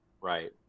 Right